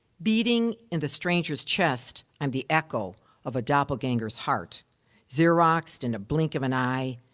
beating in the stranger's chest, i'm the echo of a doppelganger's heart xeroxed in a blink of an eye,